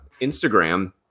Instagram